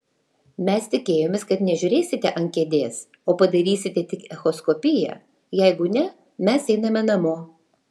mes tikėjomės kad nežiūrėsite ant kėdės o padarysite tik echoskopiją jeigu ne mes einame namo